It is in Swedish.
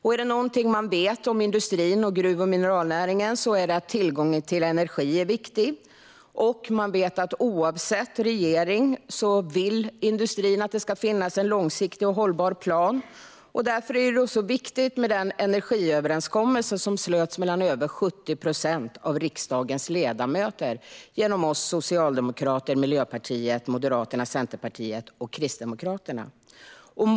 Om det är något man vet om industrin och om gruv och mineralnäringen är det att tillgången till energi är viktig och att industrin, oavsett regering, vill att det ska finnas en långsiktig och hållbar plan. Det är därför den energiöverenskommelse som slöts mellan över 70 procent av riksdagens ledamöter, genom oss i Socialdemokraterna, Miljöpartiet, Moderaterna, Centerpartiet och Kristdemokraterna, är så viktig.